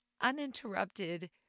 uninterrupted